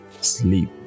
sleep